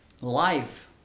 life